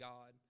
God